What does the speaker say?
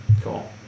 cool